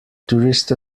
tourist